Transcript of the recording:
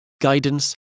guidance